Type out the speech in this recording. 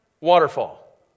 Waterfall